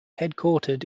headquartered